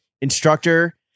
instructor